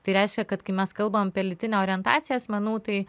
tai reiškia kad kai mes kalbam apie lytinę orientaciją asmenų tai